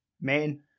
Men